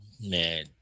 man